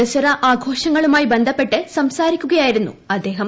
ദസറആഘോഷങ്ങളുമായി ബന്ധപ്പെട്ട് സംസാരിക്കുകയായിരുന്നുഅദ്ദേഹം